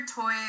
toy